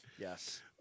Yes